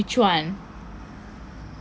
which [one]